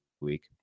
week